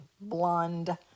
Blonde